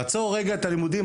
לעצור רגע את הלימודים.